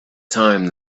time